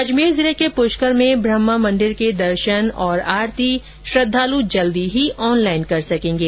अजमेर जिले के पुष्कर में ब्रह्मा मंदिर के दर्शन और आरती श्रद्वालु जल्द ही ऑनलाइन कर सकेंगे